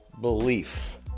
belief